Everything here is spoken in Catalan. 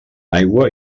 aigua